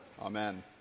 Amen